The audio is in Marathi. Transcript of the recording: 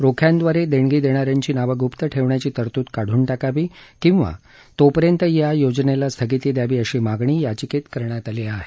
रोख्यांद्वारे देणगी देणा यांची नावं गुप्त ठेवण्याची तरतूद काढून टाकावी किंवा तोपर्यंत या योजनेला स्थगिती द्यावी अशी मागणी याचिकेत करण्यात आली आहे